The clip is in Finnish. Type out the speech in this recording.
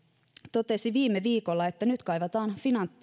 totesi viime viikolla että nyt kaivataan